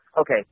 okay